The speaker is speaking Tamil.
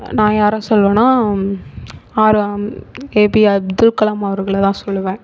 நான் யாரை சொல்லுவேன்னா ஏபி அப்துல்கலாம் அவர்களைதான் சொல்லுவேன்